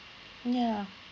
ya